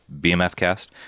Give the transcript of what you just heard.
BMFCast